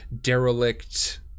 derelict